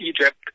Egypt